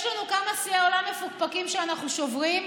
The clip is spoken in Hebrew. יש לנו כמה שיאי עולם מפוקפקים שאנחנו שוברים,